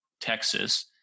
Texas